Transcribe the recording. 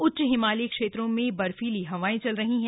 उच्च हिमालयी क्षेत्रों में बर्फीली हवाएं चल रही हैं